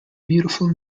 beautiful